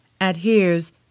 adheres